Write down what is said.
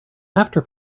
after